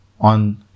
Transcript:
on